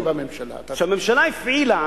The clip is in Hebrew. כשהממשלה הפעילה,